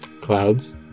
clouds